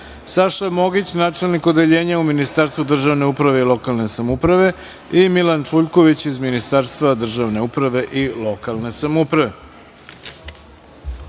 Saša Mogić, načelnik Odeljenja u Ministarstvu državne uprave i lokalne samouprave i Milan Čuljković iz Ministarstva državne uprave i lokalne samouprave. Molim